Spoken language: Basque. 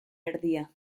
erdia